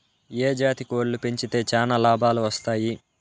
ఏ జాతి కోళ్లు పెంచితే చానా లాభాలు వస్తాయి?